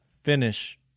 finish